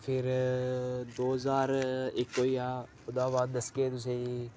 फिर दो ज्हार इक होई गेआ ओह्दे बाद दस्सगे तुसेंगी